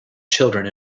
children